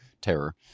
terror